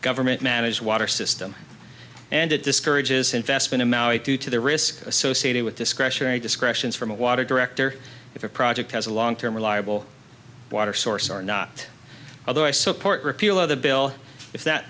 government managed water system and it discourages investment in maui due to the risks associated with discretionary discretions from a water director if a project has a long term reliable water source are not although i support repeal of the bill if that